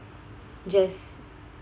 just